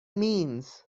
means